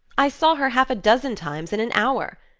i saw her half a dozen times in an hour.